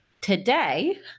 Today